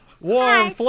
Warm